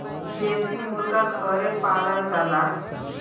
देसी मुरगा घरे पालल जाला